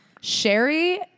Sherry